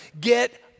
Get